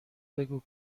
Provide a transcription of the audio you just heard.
بگو